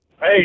Hey